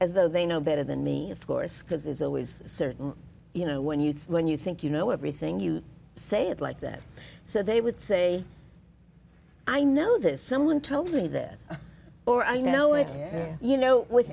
though they know better than me of course because there's always certain you know when you when you think you know everything you say it like that so they would say i know this someone told me that or i know it here you know with